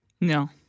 No